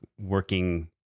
working